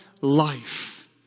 life